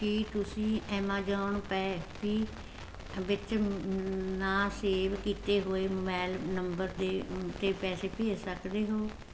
ਕੀ ਤੁਸੀਂਂ Amazon Pay ਪੀ ਵਿੱਚ ਨਾ ਸੇਵ ਕੀਤੇ ਹੋਏ ਮੋਬਾਈਲ ਨੰਬਰ ਦੇ 'ਤੇ ਪੈਸੇ ਭੇਜ ਸਕਦੇ ਹੋ